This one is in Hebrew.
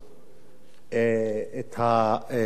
את הדוח של